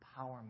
empowerment